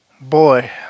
Boy